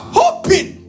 hoping